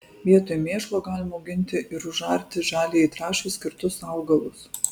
vietoj mėšlo galima auginti ir užarti žaliajai trąšai skirtus augalus